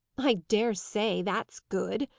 i dare say! that's good!